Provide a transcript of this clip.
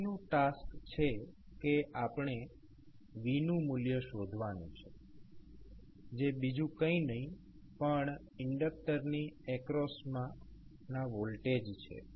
પછીનુ task છે કે આપણે v નું મૂલ્ય શોધવાનું છે જે બીજુ કઇ નહી પણ ઇન્ડક્ટરની એક્રોસમા વોલ્ટેજ છે